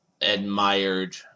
admired